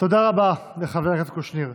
תודה רבה לחבר הכנסת קושניר.